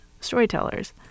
storytellers